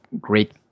great